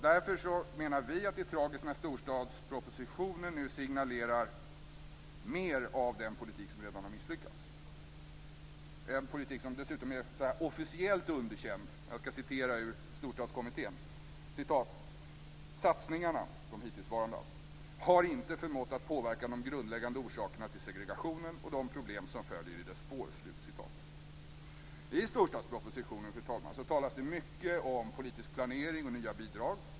Därför menar vi att det är tragiskt när storstadspropositionen nu signalerar mer av den politik som redan har misslyckats. Det är en politik som dessutom är officiellt underkänd. Jag skall citera ur stor Storstadskommittén: Satsningarna har inte förmått att påverka de grundläggande orsakerna till segregationen och de problem som följer i dess spår. I storstadspropositionen, fru talman, talas det mycket om politisk planering och nya bidrag.